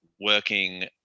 working